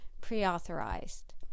pre-authorized